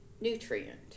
nutrient